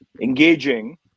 engaging